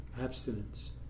abstinence